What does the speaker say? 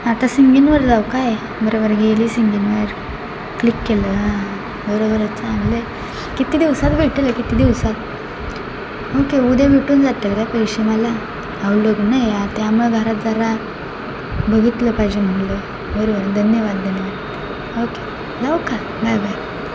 आता सिंगिनवर जाऊ काय बरोबर गेले सिंगिनवर क्लिक केलं हां बरोबरच चांगलं आहे किती दिवसात भेटेल हे किती दिवसात ओके उद्या भेटून जातील काय पैसे मला अहो लग्न आहे त्यामुळे घरात जरा बघितलं पाहिजे म्हटलं बरोबर धन्यवाद धन्यवाद ओके जाऊ का बाय बाय